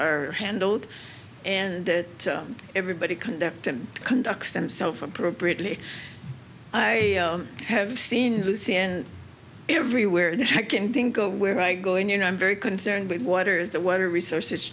are handled and that everybody conduct and conducts themself appropriately i i have seen everywhere that i can think of where i go and you know i'm very concerned with water is the water resources